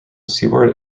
seaboard